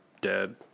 dead